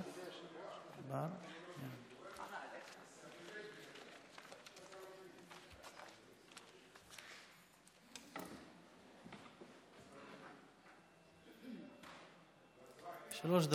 שלוש דקות.